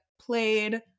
played